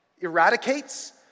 eradicates